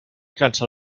cansa